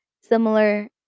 similar